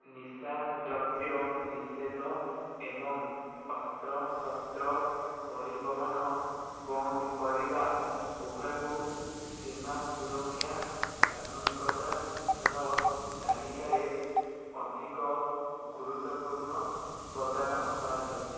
ନିଶାଦ୍ରବ୍ୟ ନିଷେଧ ଏବଂ ଅସ୍ତ୍ରଶସ୍ତ୍ର ପରିବହନ ବନ୍ଦ କରିବା ଉଭୟକୁ ସୀମା ସୁରକ୍ଷା ପ୍ରାଥମିକତାର ତାଲିକାର ଅଧିକ ଗୁରୁତ୍ୱପୂର୍ଣ୍ଣ ପ୍ରଦାନ କରାଯାଉଛି